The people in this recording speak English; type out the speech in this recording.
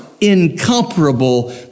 incomparable